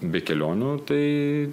be kelionių tai